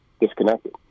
disconnected